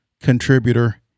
contributor